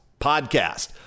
Podcast